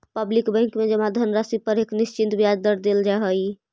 public bank में जमा धनराशि पर एक निश्चित ब्याज दर देल जा हइ